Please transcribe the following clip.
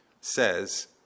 says